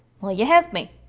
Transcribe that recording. will yeh hev me?